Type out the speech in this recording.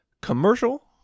commercial